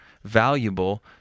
Valuable